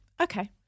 Okay